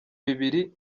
bibiri